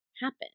happen